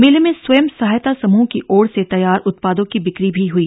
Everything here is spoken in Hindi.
मेले में स्वयं सहायता समूहों की ओर से तैयार उत्पादों की बिक्री भी हुई